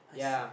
I see